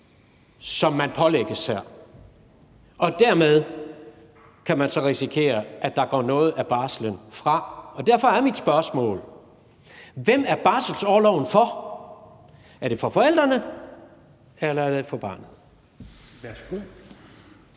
som man pålægges her. Dermed kan man så risikere, at der går noget af barslen fra. Og derfor er mit spørgsmål: Hvem er barselsorloven for? Er det for forældrene, eller er det for barnet?